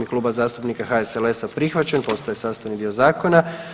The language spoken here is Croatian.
Kluba zastupnika HSLS-a prihvaćen, postaje sastavni dio zakona.